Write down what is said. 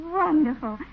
wonderful